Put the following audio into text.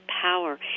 power